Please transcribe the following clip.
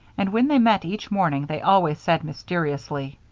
and when they met each morning they always said, mysteriously,